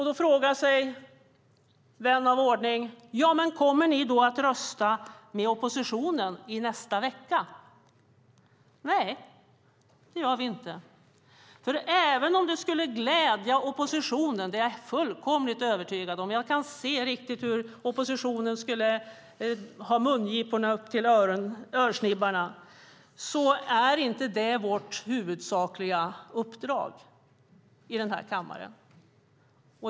Då frågar sig vän av ordning: Kommer ni då att rösta med oppositionen i nästa vecka? Nej, det gör vi inte. Även om det skulle glädja oppositionen - jag är fullkomligt övertygad om det och kan se hur oppositionen skulle ha mungiporna upp till örsnibbarna - är det inte vårt huvudsakliga uppdrag här i kammaren.